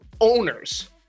owners